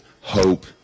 hope